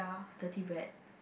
dirty bread